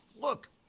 look